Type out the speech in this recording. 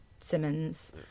Simmons